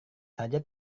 saja